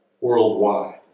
worldwide